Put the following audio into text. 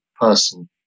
person